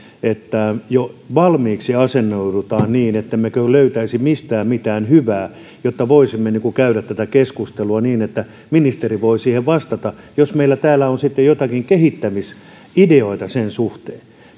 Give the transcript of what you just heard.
että jo valmiiksi asennoidutaan niin ettemmekö löytäisi mistään mitään hyvää voisimme käydä tätä keskustelua niin että ministeri voi vastata jos meillä täällä on joitakin kehittämisideoita sen suhteen